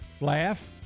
Laugh